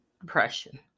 depression